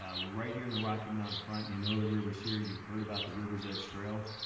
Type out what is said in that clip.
ah we're right here in the rocky mountain front. you know the rivers here. you've heard about the river's edge trail.